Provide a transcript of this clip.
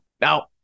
Now